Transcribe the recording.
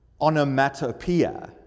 onomatopoeia